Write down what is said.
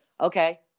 okay